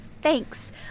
thanks